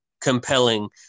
compelling